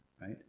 right